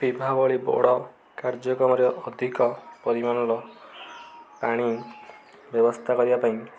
ବିବାହ ଭଳି ବଡ଼ କାର୍ଯ୍ୟକ୍ରମରେ ଅଧିକ ପରିମାଣର ପାଣି ବ୍ୟବସ୍ଥା କରିବା ପାଇଁ